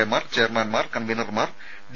എമാർ ചെയർമാൻമാർ കൺവീനർമാർ ഡി